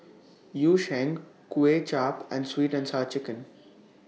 Yu Sheng Kuay Chap and Sweet and Sour Chicken